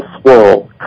swirl